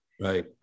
right